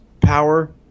power